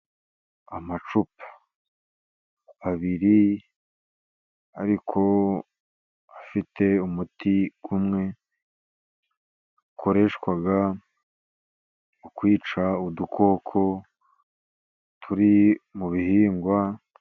Amacupa abiri, ariko afite umuti umwe, ukoreshwa mu kwica udukoko turi mu bihingwa.